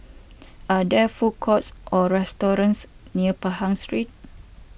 are there food courts or restaurants near Pahang Street